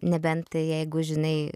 nebent tai jeigu žinai